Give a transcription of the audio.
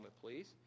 please